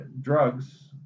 drugs